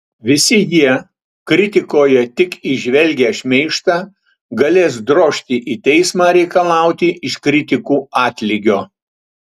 visi jie kritikoje tik įžvelgę šmeižtą galės drožti į teismą reikalauti iš kritikų atlygio